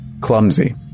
clumsy